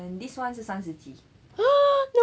then this [one] 是三十级